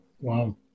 Wow